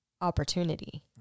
Opportunity